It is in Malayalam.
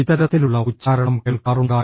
ഇത്തരത്തിലുള്ള ഉച്ചാരണം കേൾക്കാറുണ്ടായിരുന്നു